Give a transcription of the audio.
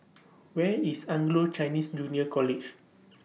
Where IS Anglo Chinese Junior College